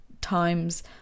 times